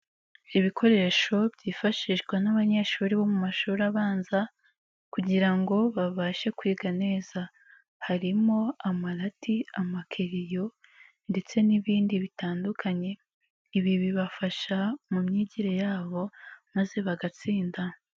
Ibikoresho byifashishwa n'abanyeshuri bo mu mashuri abanza kugira ngo babashe kwiga neza, harimo amarati amakereyo ndetse n'ibindi bitandukanye, ibi bibafasha mu myigire yabo maze bagatsinda.